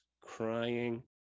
crying